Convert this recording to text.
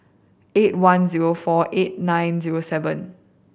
eight one zero four eight nine zero seven